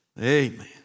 Amen